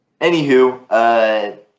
anywho